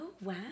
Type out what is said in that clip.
wow